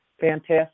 Fantastic